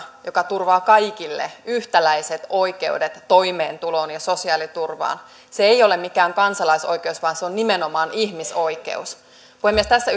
joka turvaa kaikille yhtäläiset oikeudet toimeentuloon ja sosiaaliturvaan se ei ole mikään kansalaisoikeus vaan se on nimenomaan ihmisoikeus puhemies tässä